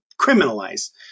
criminalize